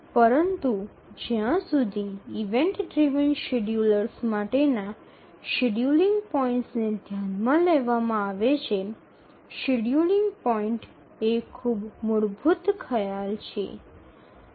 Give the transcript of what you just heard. પરંતુ જ્યાં સુધી ઇવેન્ટ ડ્રિવન શેડ્યૂલર્સ માટેના શેડ્યૂલિંગ પોઇન્ટ્સને ધ્યાનમાં લેવામાં આવે છે શેડ્યૂલિંગ પોઇન્ટ એ ખૂબ મૂળભૂત ખ્યાલ છે